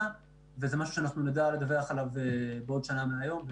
וזה דבר שנדע עליו בעוד שנה מהיום.